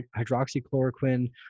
hydroxychloroquine